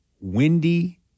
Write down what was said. windy